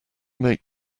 make